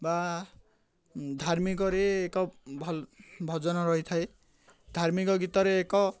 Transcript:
ବା ଧାର୍ମିକରେ ଏକ ଭଲ ଭଜନ ରହିଥାଏ ଧାର୍ମିକ ଗୀତରେ ଏକ